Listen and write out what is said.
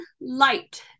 light